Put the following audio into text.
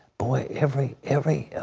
boy, every every